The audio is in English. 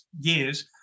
years